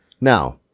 now